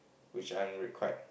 which I'm re~ quite